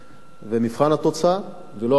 ומבחן התוצאה, ולא התהליך,